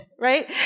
right